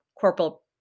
corporal